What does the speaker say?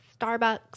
Starbucks